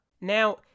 Now